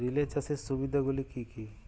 Relay চাষের সুবিধা গুলি কি কি?